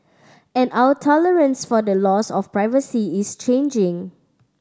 and our tolerance for the loss of privacy is changing